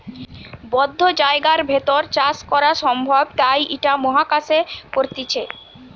বদ্ধ জায়গার ভেতর চাষ করা সম্ভব তাই ইটা মহাকাশে করতিছে